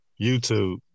YouTube